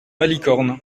malicorne